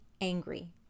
angry